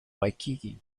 waikiki